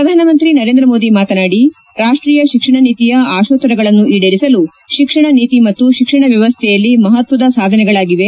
ಪ್ರಧಾನಮಂತ್ರಿ ನರೇಂದ್ರ ಮೋದಿ ಮಾತನಾಡಿ ರಾಷ್ಷೀಯ ಶಿಕ್ಷಣ ನೀತಿಯ ಅಶೋತ್ತರಗಳನ್ನು ಈಡೇರಿಸಲು ಶಿಕ್ಷಣ ನೀತಿ ಮತ್ತು ಶಿಕ್ಷಣ ವ್ಲವಸ್ಥೆಯಲ್ಲಿ ಮಹತ್ವದ ಸಾಧನೆಗಳಾಗಿವೆ